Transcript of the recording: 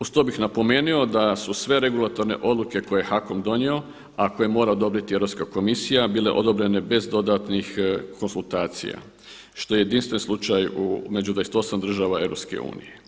Uz to bih napomeno da su sve regulatorne odluke koje je HAKOM donio, a koje mora odobriti Europska komisija bile odobrene bez dodatnih konzultacija što je jedinstven slučaj među 28 država EU.